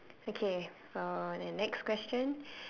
okay uh then next question